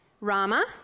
Rama